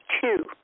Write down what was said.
two